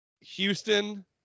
Houston